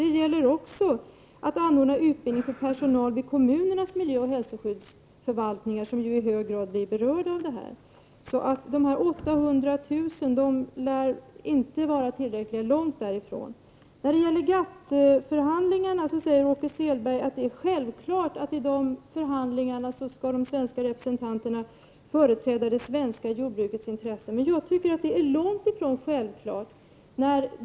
Det gäller också anordnande av utbildning för personal vid kommunernas miljöoch hälsoskyddsförvaltningar, som i hög grad är berörda av detta. De 800 000 kr. lär inte vara tillräckliga, långt därifrån. När det gäller GATT-förhandlingarna säger Åke Selberg att det är självklart att de svenska representanterna i dessa förhandlingar skall företräda de svenska jordbrukarnas intressen. Jag tycker dock att detta verkar långt ifrån självklart.